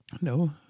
No